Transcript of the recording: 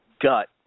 gut